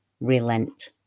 Relent